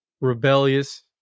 rebellious